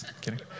kidding